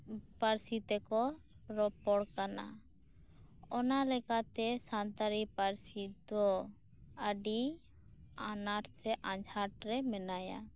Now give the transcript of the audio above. ᱯᱟᱹᱨᱥᱤ ᱛᱮᱠᱚ ᱨᱚᱯᱚᱲ ᱠᱟᱱᱟ ᱚᱱᱟ ᱞᱮᱠᱟᱛᱮ ᱥᱟᱱᱛᱟᱲᱤ ᱯᱟᱹᱨᱥᱤ ᱫᱚ ᱟᱹᱰᱤ ᱟᱱᱟᱴ ᱥᱮ ᱟᱡᱷᱟᱴ ᱨᱮ ᱢᱮᱱᱟᱭᱟ